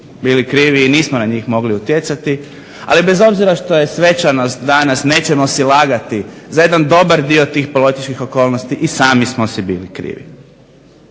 bili krivi i nismo na njih mogli utjecati ali bez obzira što je svečanost danas nećemo si lagati za jedan dobar dio tih političkih okolnosti sami smo si bili krivi.